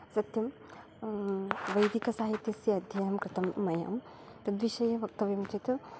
सत्यं वैदिकसाहित्यस्य अध्ययं कृतं मया तद्विषये वक्तव्यं चेत्